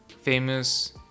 famous